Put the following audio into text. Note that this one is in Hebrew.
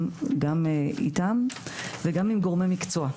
גם איתם וגם עם גורמי מקצוע.